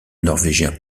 norvégien